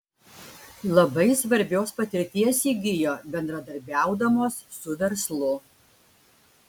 labai svarbios patirties įgijo bendradarbiaudamos su verslu